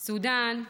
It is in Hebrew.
סודן,